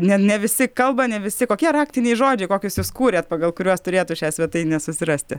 ne ne visi kalba ne visi kokie raktiniai žodžiai kokius jūs kūrėt pagal kuriuos turėtų šią svetainę susirasti